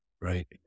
right